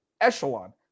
echelon